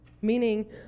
Meaning